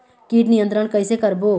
कीट नियंत्रण कइसे करबो?